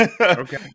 Okay